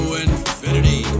infinity